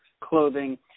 clothing